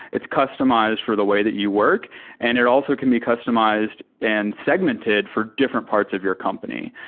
it's customized for the way that you work and it also can be customized and segmented for different parts of your company.